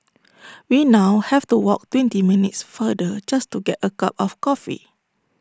we now have to walk twenty minutes farther just to get A cup of coffee